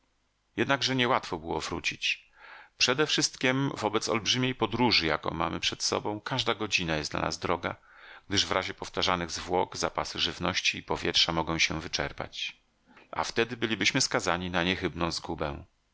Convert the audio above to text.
jednakże nie łatwo było wrócić przedewszystkiem wobec olbrzymiej podróży jaką mamy przed sobą każda godzina jest dla nas droga gdyż w razie powtarzanych zwłok zapasy żywności i powietrza mogą się wyczerpać a wtedy bylibyśmy skazani na